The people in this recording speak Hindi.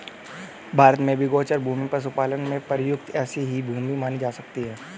भारत में भी गोचर भूमि पशुपालन में प्रयुक्त ऐसी ही भूमि मानी जा सकती है